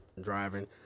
driving